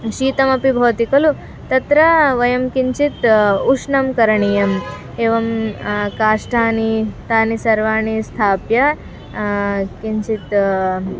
शीतमपि भवति खलु तत्र वयं किञ्चित् उष्णं करणीयम् एवं काष्ठानि तानि सर्वाणि संस्थाप्य किञ्चित्